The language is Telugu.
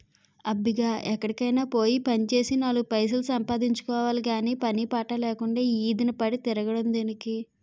అబ్బిగా ఎక్కడికైనా పోయి పనిచేసి నాలుగు పైసలు సంపాదించుకోవాలి గాని పని పాటు లేకుండా ఈదిన పడి తిరగడం దేనికి?